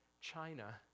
China